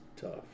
tough